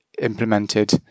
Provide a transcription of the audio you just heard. implemented